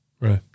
Right